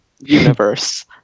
universe